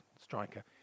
striker